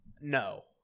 No